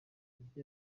tariki